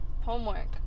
Homework